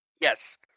Yes